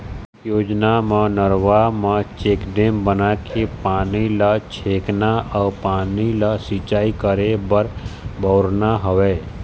योजना म नरूवा म चेकडेम बनाके पानी ल छेकना अउ पानी ल सिंचाई करे बर बउरना हवय